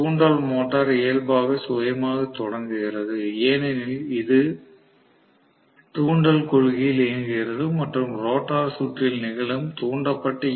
தூண்டல் மோட்டார் இயல்பாகவே சுயமாகத் தொடங்குகிறது ஏனெனில் இது தூண்டல் கொள்கையில் இயங்குகிறது மற்றும் ரோட்டார் சுற்றில் நிகழும் தூண்டப்பட்ட ஈ